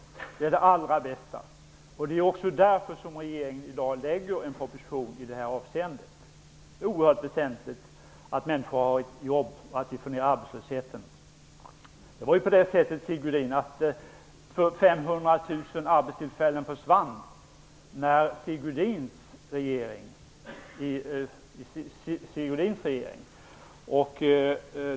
Det är det allra bästa. Det är också därför som regeringen i dag lägger fram en proposition i det avseendet. Det är oerhört väsentligt att människor har ett jobb och att vi får ned arbetslösheten. 500 000 arbetstillfällen försvann under Sigge Godins regering.